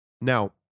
now